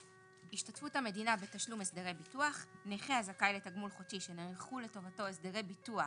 "השתתפות המדינה 43א. נכה הזכאי לתגמול חודשי שנערכו לטובתו הסדרי ביטוח